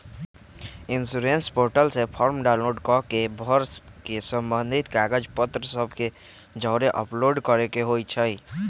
insurance portal से form download कऽ के भर के संबंधित कागज पत्र सभ के जौरे अपलोड करेके होइ छइ